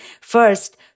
first